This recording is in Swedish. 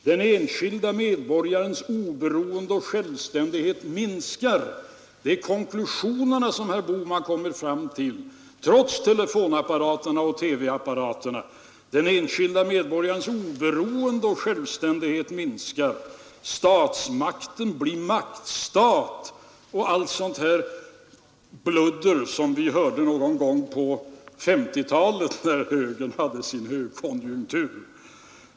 Den enskilde medborgarens oberoende och självständighet minskar. Det är konstruktionerna som herr Bohman kommer fram till, trots telefonoch TV-apparaterna. Den enskilde medborgarens oberoende och självständighet minskar, statsmakten blir maktstat etc. — alltså sådant där bludder som vi hörde någon gång på 1950-talet, när högern hade sin högkonjunktur.